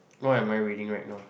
what am I reading right now